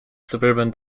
suburban